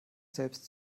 selbst